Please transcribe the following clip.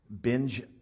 binge